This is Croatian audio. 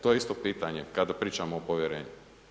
To je isto pitanje kad pričamo o povjerenju.